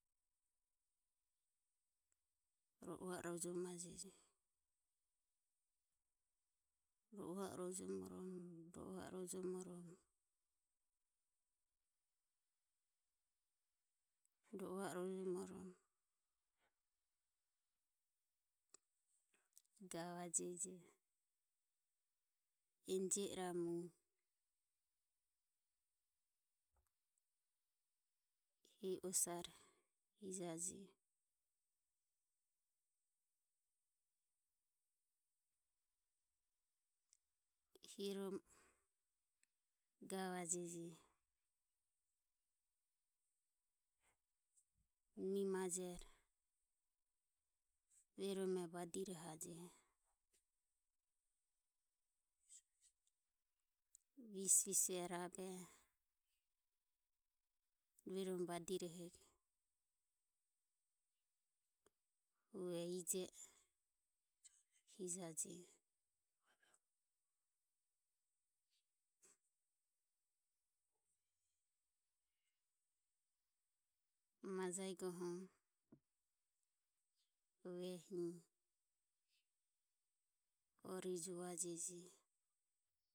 Rova o rojomajeji rova o rojomom, rova o rojomom rova o rojomorom gavajeji enjio iramu hehi osare hijaje hirom gavajeji mie majero rue romo badirohaje visu visue rabe rue romo badirohe go hu eho ije e hijaje. Majai goho hu ehi ore juvajeji.